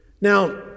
Now